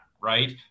right